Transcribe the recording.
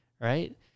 right